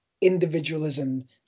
individualism